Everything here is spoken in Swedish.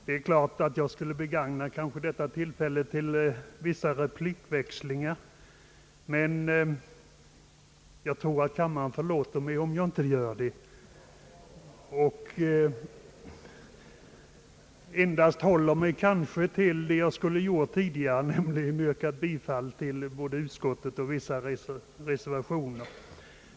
Jag kanske borde begagna det tillfälle jag nu har fått till vissa replikväxlingar, men jag tror att kammaren förlåter mig om jag inte gör det och endast håller mig till det jag skulle ha gjort tidigare, nämligen yrkat bifall till utskottets förslag och vissa reservationer.